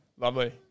Lovely